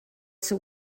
seu